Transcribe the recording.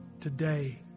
today